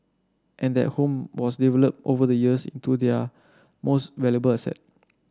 and that home was developed over the years into their most valuable asset